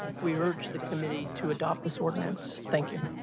we urge the committee to adopt this ordinance, thank you.